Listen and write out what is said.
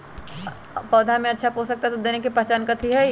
पौधा में अच्छा पोषक तत्व देवे के पहचान कथी हई?